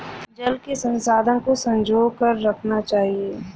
जल के संसाधन को संजो कर रखना चाहिए